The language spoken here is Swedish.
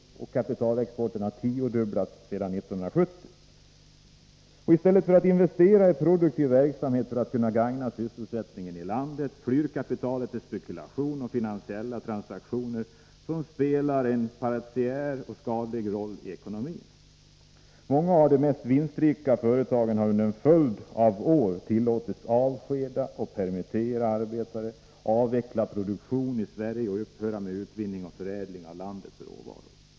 Kapitalexporten har tiodubblats sedan 1970. I stället för att investera i produktiv verksamhet för att gagna sysselsättningen i landet flyr kapitalet till spekulation och finansiella transaktioner, som spelar en parasitär och skadlig roll i ekonomin. Många av de mest vinstrika företagen har under en följd av år tillåtits avskeda och permittera arbetare, avveckla produktion i Sverige och upphöra med utvinning och förädling av landets råvaror.